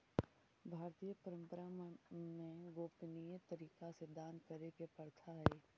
भारतीय परंपरा में गोपनीय तरीका से दान करे के प्रथा हई